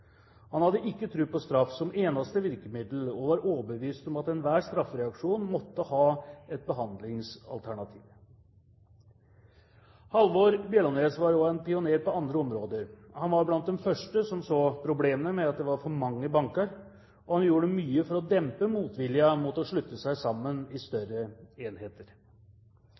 Han hadde ikke tro på straff som eneste virkemiddel og var overbevist om at enhver straffereaksjon måtte ha et behandlingsalternativ. Halvor Bjellaanes var også en pioner på andre områder. Han var blant de første som så problemene med at det var for mange banker, og han gjorde mye for å dempe motviljen mot å slutte seg sammen i større enheter.